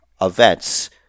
events